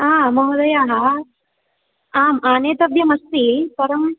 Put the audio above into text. महोदयाः आम् आनेतव्यमस्ति परं